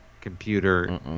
computer